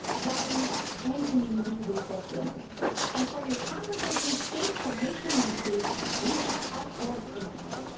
values and community with their children and for your congregations faith formation ministries we have our fourth imprint,